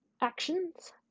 actions